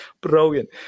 Brilliant